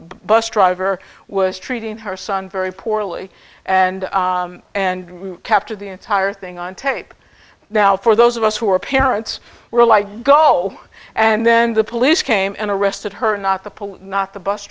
bus driver was treating her son very poorly and and capture the entire thing on tape now for those of us who are parents were like go and then the police came and arrested her not the police not the bus